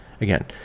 Again